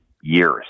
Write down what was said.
years